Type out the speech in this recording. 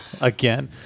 Again